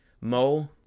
Mo